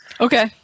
Okay